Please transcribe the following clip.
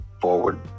forward